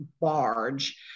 barge